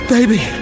Baby